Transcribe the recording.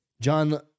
John